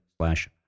slash